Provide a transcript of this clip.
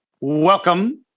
Welcome